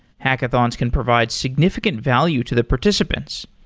hackathons can provide significant value to the participants.